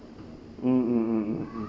mm mm mm mm mm